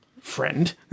friend